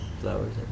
flowers